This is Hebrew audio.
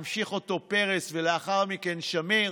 המשיך אותו פרס ולאחר מכן שמיר.